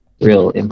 real